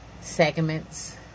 segments